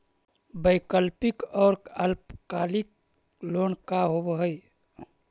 वैकल्पिक और अल्पकालिक लोन का होव हइ?